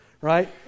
right